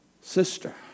sister